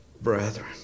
brethren